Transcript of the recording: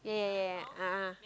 yeah yeah yeah yeah yeha